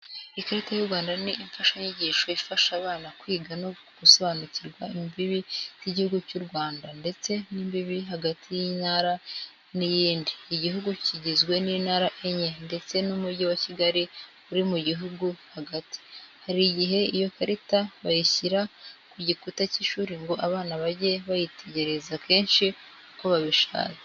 Ikarita y'u Rwanda ni imfashanyigisho ifasha abana kwiga no gusobanukirwa imbibi z'igihugu cy'u Rwanda ndetse n'imbibi hagati y'intara n'iyindi. Iguhugu kigizwe n'intara enye ndetse n'umugi wa Kigali uri mu gihugu hagati. Hari igihe iyo karita bayishyira ku gikuta cy'ishuri ngo abana bajye bayitegereza kenshi uko babishatse.